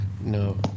No